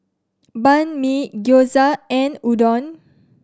Banh Mi Gyoza and Udon